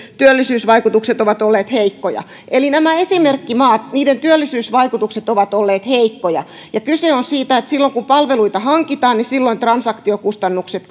työllisyysvaikutukset ovat olleet heikkoja eli näiden esimerkkimaiden työllisyysvaikutukset ovat olleet heikkoja ja kyse on siitä että silloin kun palveluita hankitaan transaktiokustannukset